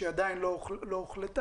שעדיין לא הוחלטה,